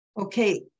Okay